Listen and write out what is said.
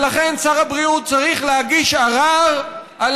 ולכן שר הבריאות צריך להגיש ערר על